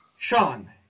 Sean